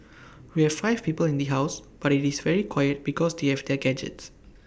we have five people in the house but IT is very quiet because they have their gadgets